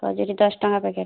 ଖଜୁରୀ ଦଶଟଙ୍କା ପ୍ୟାକେଟ୍